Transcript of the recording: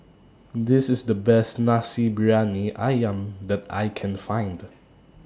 This IS The Best Nasi Briyani Ayam that I Can Find